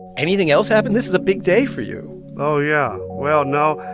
anything else happen? this is a big day for you oh, yeah. well, no.